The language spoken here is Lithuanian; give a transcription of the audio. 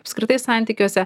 apskritai santykiuose